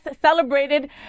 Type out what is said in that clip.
celebrated